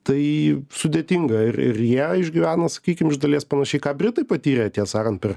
tai sudėtinga ir ir jie išgyvena sakykim iš dalies panašiai ką britai patyrė tiesą sakant per